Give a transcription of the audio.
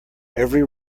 every